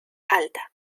alta